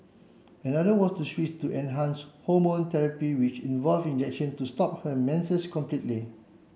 another was to switch to an enhance hormone therapy which involved injection to stop her menses completely